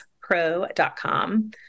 pro.com